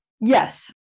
Yes